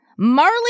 Marley